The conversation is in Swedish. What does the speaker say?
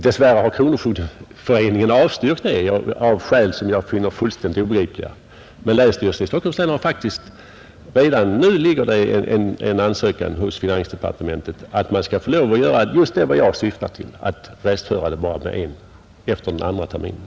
Dess värre har kronofogdeföreningen avstyrkt — av skäl som jag finner fullständigt obegripliga. Men länsstyrelsen i Stockholms län har faktiskt redan ansökt hos finansdepartementet att man skulle få tillstånd att göra just vad jag syftar till, nämligen restföra bara en gång, efter den andra terminen.